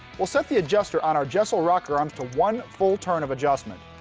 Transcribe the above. we'll set the adjustor on our jesel rocker arm to one full turn of adjustment.